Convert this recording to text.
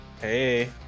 hey